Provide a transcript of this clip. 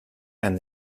and